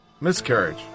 miscarriage